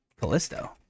Callisto